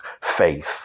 faith